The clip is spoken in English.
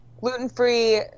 gluten-free